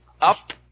Up